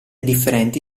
differenti